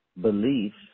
beliefs